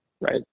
Right